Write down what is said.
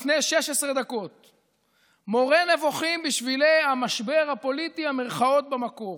לפני 16 דקות: מורה נבוכים בשבילי "המשבר הפוליטי" המירכאות במקור.